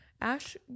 ash